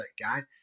guys